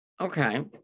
Okay